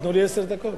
נתנו לי עשר דקות,